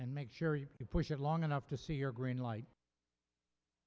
and make sure you push it long enough to see your green light